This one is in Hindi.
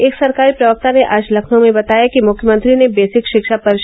एक सरकारी प्रवक्ता ने आज लखनऊ में बताया कि मुख्यमंत्री ने बेसिक शिक्षा परि